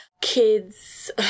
kids